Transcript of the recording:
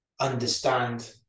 understand